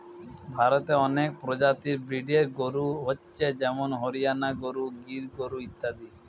ভারতে অনেক প্রজাতির ব্রিডের গরু হচ্ছে যেমন হরিয়ানা গরু, গির গরু ইত্যাদি